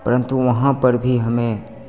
परंतु वहाँ पर भी हमें